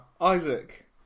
Isaac